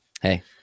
hey